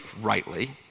rightly